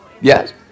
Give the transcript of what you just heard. yes